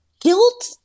guilt